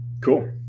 Cool